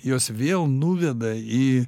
jos vėl nuveda į